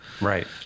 right